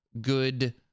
good